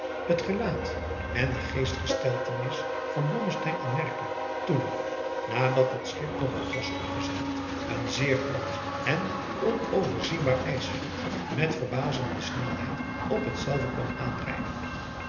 het gelaat en de geestgesteltenis van blommesteyn aanmerkelijk adriaan loosjes pzn het leven van johannes wouter blommesteyn toen nadat het schip nog wat was opgezeild een zeer groot en onoverzienbaar ijsveld met verbazende snelheid op hetzelve kwam aandrijven